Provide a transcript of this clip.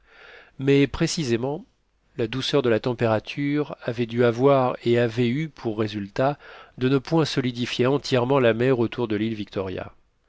mais précisément la douceur de la température avait dû avoir et avait eu pour résultat de ne point solidifier entièrement la mer autour de l'île victoria